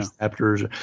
chapters